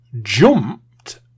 jumped